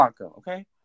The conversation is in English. okay